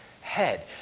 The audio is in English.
head